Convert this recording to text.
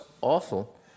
awful